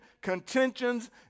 contentions